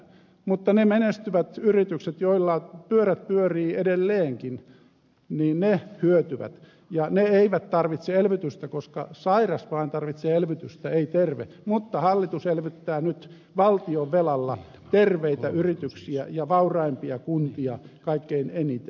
mutta ne menestyvät yritykset joilla pyörät pyörivät edelleenkin hyötyvät ja ne eivät tarvitse elvytystä koska sairas vain tarvitsee elvytystä ei terve mutta hallitus elvyttää nyt valtionvelalla terveitä yrityksiä ja vauraimpia kuntia kaikkein eniten